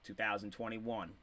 2021